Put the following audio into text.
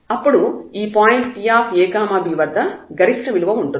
అప్పుడు ఈ point Pab వద్ద గరిష్ట విలువ ఉంటుంది